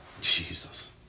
Jesus